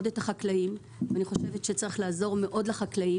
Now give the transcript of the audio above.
את החקלאים וחושבת שצריך לעזור להם.